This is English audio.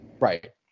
Right